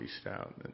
stout